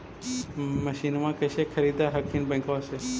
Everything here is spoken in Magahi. मसिनमा कैसे खरीदे हखिन बैंकबा से?